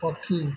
ପକ୍ଷୀ